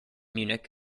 munich